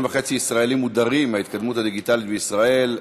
וחצי ישראלים מודרים מההתקדמות הדיגיטלית בישראל,